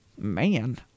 man